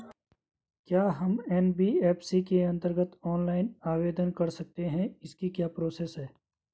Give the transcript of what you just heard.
क्या हम एन.बी.एफ.सी के अन्तर्गत ऑनलाइन आवेदन कर सकते हैं इसकी क्या प्रोसेस है?